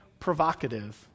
provocative